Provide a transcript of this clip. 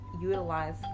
utilize